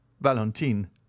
Valentine